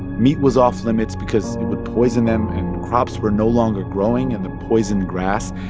meat was off-limits because it would poison them, and crops were no longer growing in the poisoned grass.